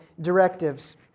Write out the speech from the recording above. directives